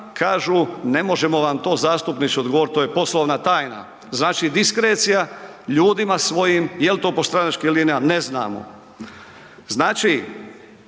kažu ne možemo vam zastupniče to dogovorit to je poslovna tajna, znači diskrecija ljudima svojim. Jel to po stranačkim linijama? Ne znamo. Znači